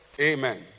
Amen